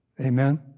Amen